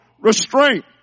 restraint